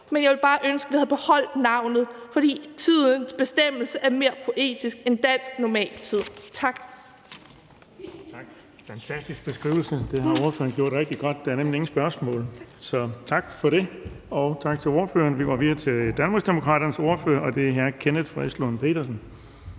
men jeg ville bare ønske, at vi havde beholdt navnet, for »tidens bestemmelse« er mere poetisk end »dansk normaltid«. Tak.